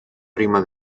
prima